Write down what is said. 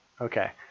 Okay